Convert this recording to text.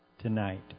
tonight